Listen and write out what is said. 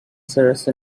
四十四